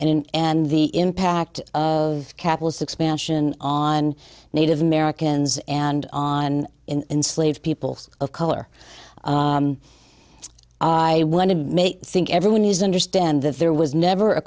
and the impact catalyst expansion on native americans and on in slaves people of color i want to make think everyone is understand that there was never a